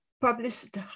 published